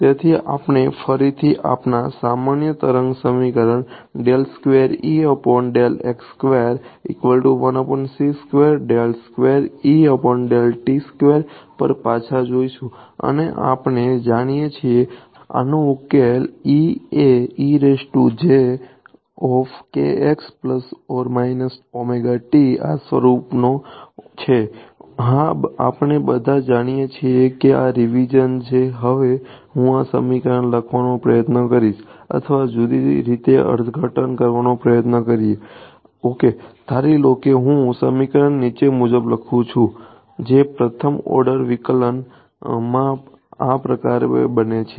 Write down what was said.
તેથી આપણે ફરીથી આપણા સામાન્ય તરંગ સમીકરણ પર પાછા જઈશું અને આપણે જાણીએ છીએ કે આનો ઉકેલ આ સ્વરૂપનો માં આ પ્રકારે બને છે